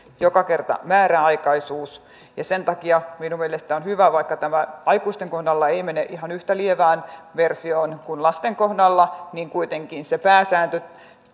joka kerta määräaikaisuus ja sen takia minun mielestäni on hyvä vaikka tämä aikuisten kohdalla ei ei mene ihan yhtä lievään versioon kuin lasten kohdalla että kuitenkin se pääsääntö